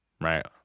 right